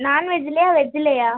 நாண்வெஜ்ஜுலேயா வெஜ்ஜுலேயா